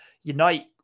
Unite